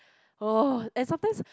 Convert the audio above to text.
!oh! and sometimes